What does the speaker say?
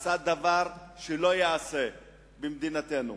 הוא עשה דבר שלא ייעשה במדינתנו.